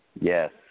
yes